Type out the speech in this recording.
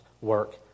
work